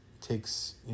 takes